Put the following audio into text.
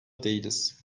değiliz